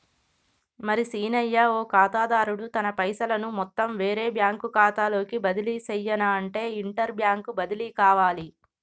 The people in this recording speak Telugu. మరి సీనయ్య ఓ ఖాతాదారుడు తన పైసలను మొత్తం వేరే బ్యాంకు ఖాతాలోకి బదిలీ సెయ్యనఅంటే ఇంటర్ బ్యాంక్ బదిలి కావాలి